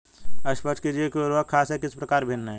स्पष्ट कीजिए कि उर्वरक खाद से किस प्रकार भिन्न है?